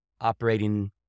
operating